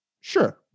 Sure